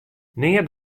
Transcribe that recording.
neat